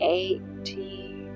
eighteen